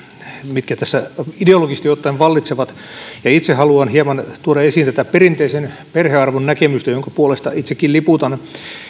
mitkä tässä ideologisesti ottaen vallitsevat itse haluan hieman tuoda esiin tätä perinteisen perhearvon näkemystä jonka puolesta itsekin liputan